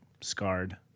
scarred